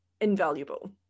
invaluable